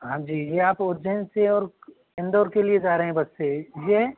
हाँ जी यह आप उज्जैन से और इंदौर के लिए जा रहे हैं बस से यह